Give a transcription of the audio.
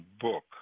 book